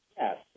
yes